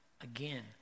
Again